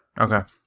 Okay